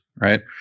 right